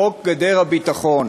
חוק גדר הביטחון,